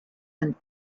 and